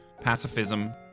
pacifism